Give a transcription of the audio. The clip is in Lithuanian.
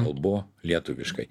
kalbu lietuviškai